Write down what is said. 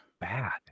Bad